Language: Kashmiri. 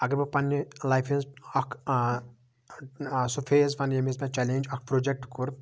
اَگر بہٕ پَنٕنہِ لایفہِ ہنز اکھ سُہ فیز وَنہٕ ییٚمہِ وِزِ مےٚ چیلینج اکھ پروجیکٹ کوٚر